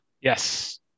Yes